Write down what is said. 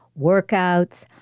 workouts